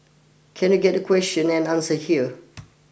can you get the question and answer here